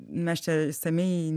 mes čia išsamiai